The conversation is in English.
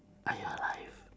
are you alive